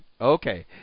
okay